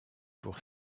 pour